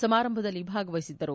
ಸಮಾರಂಭದಲ್ಲಿ ಭಾಗವಹಿಸಿದ್ದರು